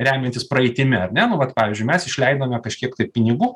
remiantis praeitimi ar ne nu vat pavyzdžiui mes išleidome kažkiek pinigų